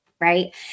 right